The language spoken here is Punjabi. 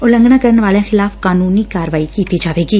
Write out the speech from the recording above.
ਉਲੰਘਣਾ ਕਰਨ ਵਾਲਿਆਂ ਖਿਲਾਫ਼ ਕਾਨੂੰਨੀ ਕਾਰਵਾਈ ਕੀਤੀ ਜਾਵੇਗੀ